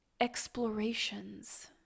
explorations